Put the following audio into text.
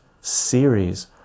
series